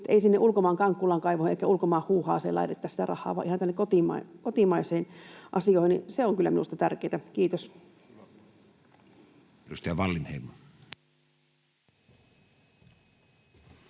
ulkomaan Kankkulan kaivoon, eikä ulkomaan huuhaaseen laitettaisi sitä rahaa, vaan ihan tänne kotimaisiin asioihin. Se on kyllä minusta tärkeätä. — Kiitos.